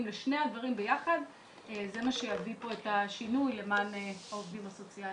זה מה שיביא את השינוי למען העובדים הסוציאליים.